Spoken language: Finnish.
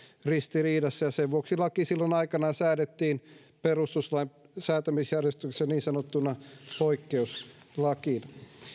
ristiriidassa muodollisesti katsottuna ja sen vuoksi laki silloin aikoinaan säädettiin perustuslain säätämisjärjestyksessä niin sanottuna poikkeuslakina